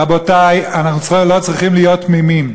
רבותי, אנחנו לא צריכים להיות תמימים.